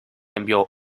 envió